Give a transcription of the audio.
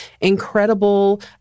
incredible